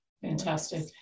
Fantastic